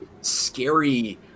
scary